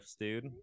dude